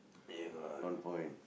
eh I got one point